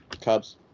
Cubs